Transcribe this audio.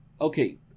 Okay